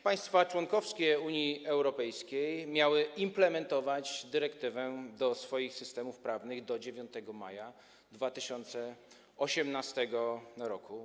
Państwa członkowskie Unii Europejskiej miały implementować dyrektywę do swoich systemów prawnych do 9 maja 2018 r.